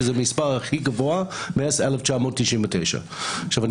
שזה מספר הכי גבוה מאז 1999. אני